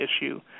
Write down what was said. issue